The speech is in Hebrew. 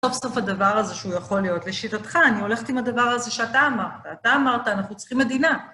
סוף סוף הדבר הזה שהוא יכול להיות לשיטתך, אני הולכת עם הדבר הזה שאתה אמרת, אתה אמרת, אנחנו צריכים מדינה.